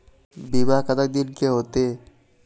बीमा कतक दिन के होते?